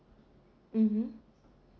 mm